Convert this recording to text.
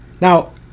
Now